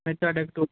ਤੁਹਾਡਾ